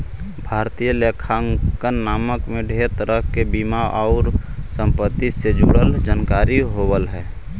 भारतीय लेखांकन मानक में ढेर तरह के बीमा आउ संपत्ति से जुड़ल जानकारी होब हई